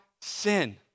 sin